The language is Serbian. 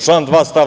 Član 2. stav.